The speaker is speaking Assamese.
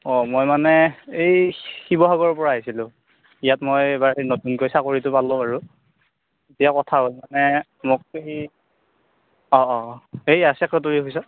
অঁ মই মানে এই শিৱসাগৰৰ পৰা আহিছিলোঁ ইয়াত মই এইবাৰ নতুনকৈ চাকৰিটো পালোঁ আৰু এতিয়া কথা হ'ল মানে মোক এই অঁ এইয়া চেক্ৰেটৰী অফিচত